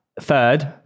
Third